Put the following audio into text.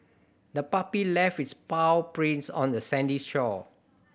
the puppy left its paw prints on the sandy shore